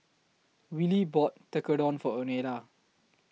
Wylie bought Tekkadon For Oneida